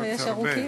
תודה רבה.